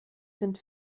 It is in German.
sind